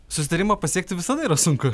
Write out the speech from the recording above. susitarimą pasiekti visada yra sunku